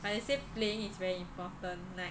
but they say playing is very important like